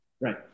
Right